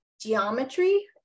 geometry